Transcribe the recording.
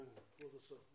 כן כבוד השר.